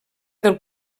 del